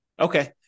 Okay